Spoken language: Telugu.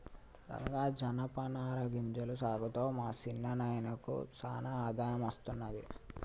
రంగా జనపనార గింజల సాగుతో మా సిన్న నాయినకు సానా ఆదాయం అస్తున్నది